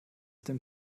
dem